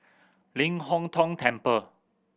Ling Hong Tong Temple